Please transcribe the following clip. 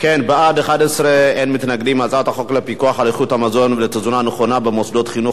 להעביר את הצעת חוק לפיקוח על איכות המזון ולתזונה נכונה במוסדות חינוך,